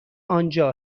آنجا